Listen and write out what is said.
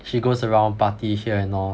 she goes around party here and all